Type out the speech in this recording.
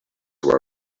were